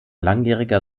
langjähriger